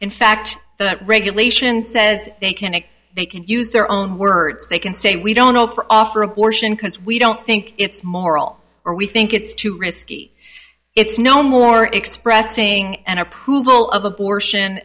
in fact that regulation says they can and they can use their own words they can say we don't know for offer abortion because we don't think it's moral or we think it's too risky it's no more expressing an approval of abortion